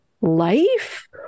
life